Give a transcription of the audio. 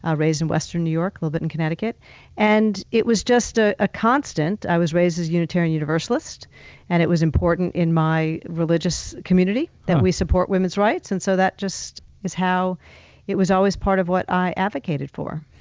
ah raised in western new york, little bit in connecticut and it was just ah a constant. i was raised as a unitarian universalist and it was important in my religious community that we support women's rights. and so that just is how it was always part of what i advocated for.